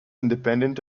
independent